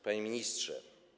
Panie Ministrze!